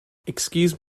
excuse